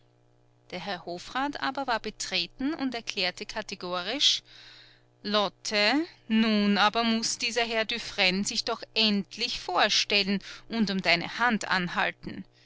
der herr hofrat aber war betreten und erklärte kategorisch lotte nun aber muß dieser herr dufresne sich uns doch endlich vorstellen und um deine hand anhalten